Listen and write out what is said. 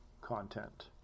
content